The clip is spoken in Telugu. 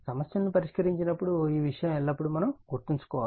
సమస్యలను పరిష్కరించినప్పుడు ఈ విషయం ఎల్లప్పుడూ గుర్తుంచుకోవాలి